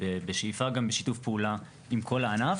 ובשאיפה גם בשיתוף פעולה עם כל הענף,